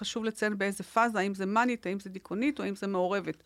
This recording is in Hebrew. חשוב לציין באיזה פאזה, האם זה מנית, האם זה דיכונית או האם זה מעורבת